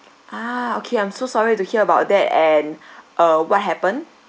ah okay I'm so sorry to hear about that and uh what happened